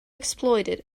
exploited